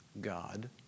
God